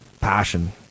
Passion